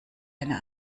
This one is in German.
eine